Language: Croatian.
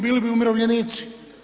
Bili bi umirovljenici.